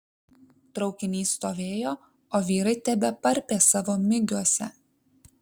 traukinys stovėjo o vyrai tebeparpė savo migiuose